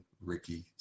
Ricky